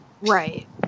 Right